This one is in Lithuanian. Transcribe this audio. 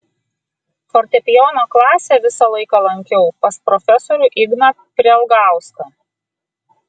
fortepijono klasę visą laiką lankiau pas profesorių igną prielgauską